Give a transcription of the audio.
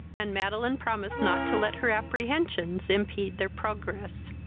and madeline promised not to let her apprehensions impede their progress.